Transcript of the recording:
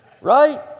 Right